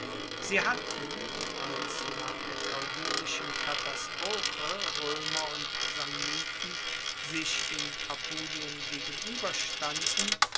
sie hatten als nach der caudinischen katastrophe roemer und samniten sich in apulien gegenueberstanden